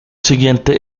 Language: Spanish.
siguiente